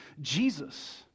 Jesus